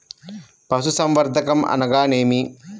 పశుసంవర్ధకం అనగానేమి?